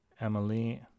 Emily